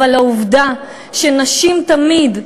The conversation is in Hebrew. אבל העובדה היא שנשים תמיד,